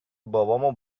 بابامو